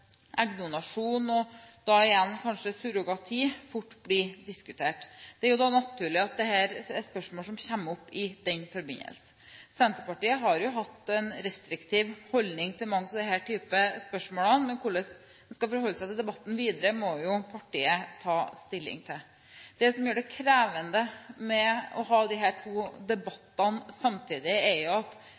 inne på. Da vil spørsmålet om å tillate både eggdonasjon og igjen, kanskje, surrogati fort bli diskutert. Det er naturlig at dette er spørsmål som kommer opp i den forbindelse. Senterpartiet har hatt en restriktiv holdning til mange slike typer spørsmål, men hvordan en skal forholde seg til debatten videre, må partiet ta stilling til. Det som gjør det krevende med å ha disse to debattene samtidig, er at